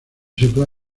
sitúa